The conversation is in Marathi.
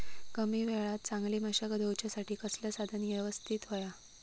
कमी वेळात चांगली मशागत होऊच्यासाठी कसला साधन यवस्तित होया?